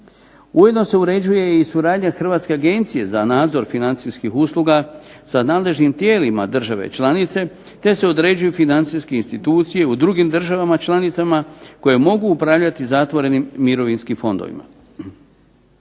Ujedno se uređuje i suradnja Hrvatske agencije za nadzor financijskih usluga sa nadležnim tijelima države članice, te se određuju financijske institucije u drugim državama članicama koje mogu upravljati zatvorenim mirovinskim fondovima.